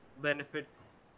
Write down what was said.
benefits